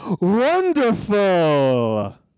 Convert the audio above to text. Wonderful